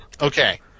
Okay